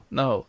no